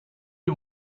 you